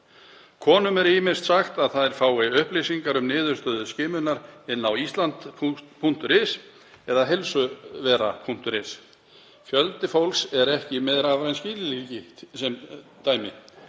Konum er ýmist sagt að þær fái upplýsingar um niðurstöðu skimunar inni á island.is eða á heilsuvera.is. Fjöldi fólks er ekki með rafræn skilríki sem dæmi.